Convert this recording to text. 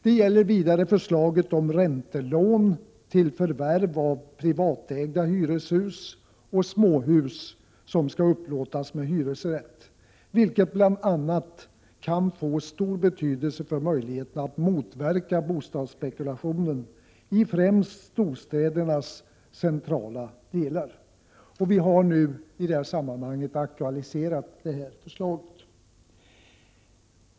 Våra förslag gäller vidare räntelån för förvärv av privatägda hyreshus och småhus som skall upplåtas med hyresrätt, vilket bl.a. kan få stor betydelse för möjligheten att motverka bostadsspekulationen i främst storstädernas centrala delar. Vi har nu i det här sammanhanget aktualiserat det förslaget.